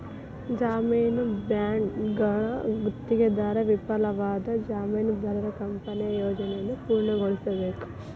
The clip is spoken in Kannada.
ಜಾಮೇನು ಬಾಂಡ್ನ್ಯಾಗ ಗುತ್ತಿಗೆದಾರ ವಿಫಲವಾದ್ರ ಜಾಮೇನದಾರ ಕಂಪನಿಯ ಯೋಜನೆಯನ್ನ ಪೂರ್ಣಗೊಳಿಸಬೇಕ